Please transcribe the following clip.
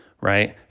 right